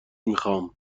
میخام